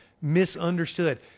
misunderstood